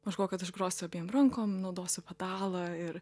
aš galvo kad aš grosiu abiem rankom naudosiu pedalą ir